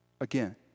again